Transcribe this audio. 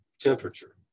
Temperature